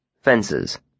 Fences